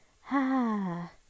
ha